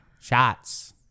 Shots